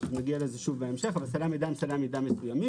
הם מסוימים.